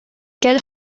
get